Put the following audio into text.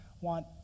want